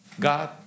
God